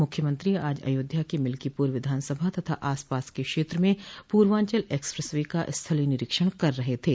मुख्यमंत्री आज अयोध्या के मिलकीपर विधानसभा तथा आसपास के क्षेत्र में पूर्वांचल एक्सप्रेस वे का स्थलीय निरीक्षण कर रहे थे